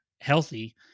healthy